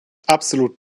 absolut